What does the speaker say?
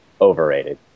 overrated